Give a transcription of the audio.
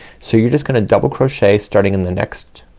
so you're just gonna double crochet starting in the next